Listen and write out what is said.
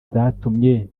zatumye